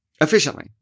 efficiently